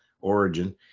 origin